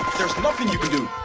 there's nothing you can do.